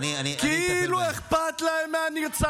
חברת הכנסת מירב בן ארי.